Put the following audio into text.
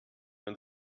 man